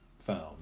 found